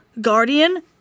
guardian